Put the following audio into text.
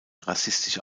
rassistische